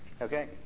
okay